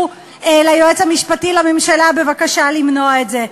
ליועץ המשפטי לממשלה בבקשה למנוע את זה.